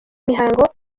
imihango